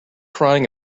crying